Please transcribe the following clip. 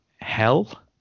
hell